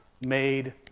made